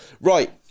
Right